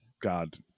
god